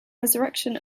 resurrection